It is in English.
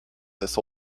this